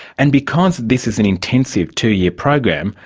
and because this is an intensive two-year program,